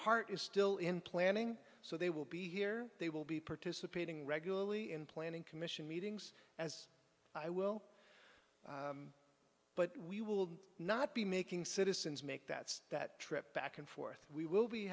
heart is still in planning so they will be here they will be participating regularly in planning commission meetings as i will but we will not be making citizens make that that trip back and forth we will be